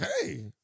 Hey